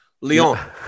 Leon